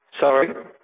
Sorry